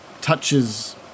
touches